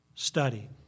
study